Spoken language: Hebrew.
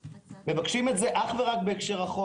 מבקשים את זה רק בהקשר החוק.